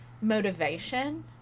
motivation